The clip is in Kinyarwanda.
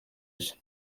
iki